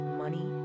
money